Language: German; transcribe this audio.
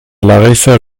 larissa